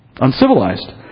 Uncivilized